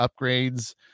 upgrades